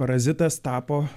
parazitas tapo